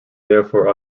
therefore